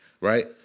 right